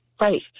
Right